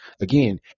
Again